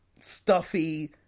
stuffy